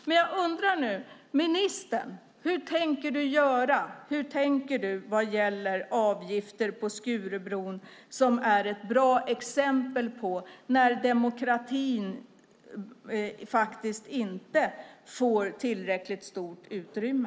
Men jag undrar: Hur tänker ministern göra vad gäller avgifter på Skurubron, som är ett bra exempel på en fråga där demokratin inte får tillräckligt stort utrymme?